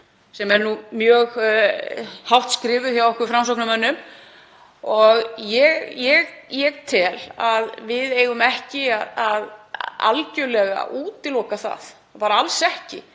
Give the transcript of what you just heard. sem er nú mjög hátt skrifuð hjá okkur Framsóknarmönnum. Ég tel að við eigum ekki algerlega að útiloka það, bara alls ekki.